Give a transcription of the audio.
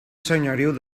senyoriu